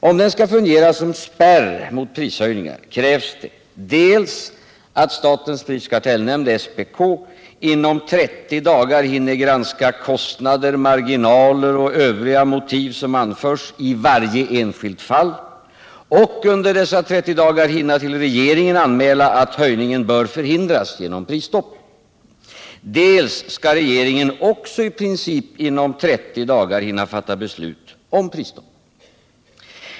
Om den skall fungera som spärr mot prishöjningar krävs det dels att statens prisoch kartellnämnd — SPK —- inom 30 dagar hinner granska kostnader, marginaler och övriga motiv som anförs i varje enskilt fall och under dessa 30 dagar hinner till regeringen anmäla att höjningen bör förhindras genom prisstopp, dels att regeringen också i princip inom 30 dagar hinner fatta beslut om prisstopp.